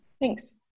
Thanks